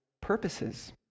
purposes